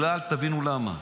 תבינו למה.